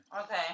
Okay